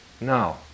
No